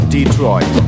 Detroit